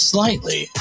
Slightly